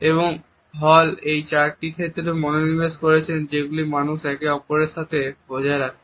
এবং হল এই চারটি ক্ষেত্রে মনোনিবেশ করেছেন যেগুলি মানুষরা একে অপরের সাথে বজায় রাখে